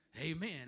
Amen